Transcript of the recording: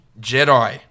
Jedi